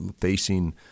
facing